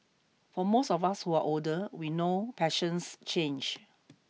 for most of us who are older we know passions change